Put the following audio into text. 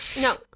no